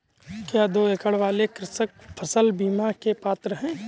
क्या दो एकड़ वाले कृषक फसल बीमा के पात्र हैं?